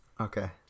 Okay